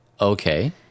Okay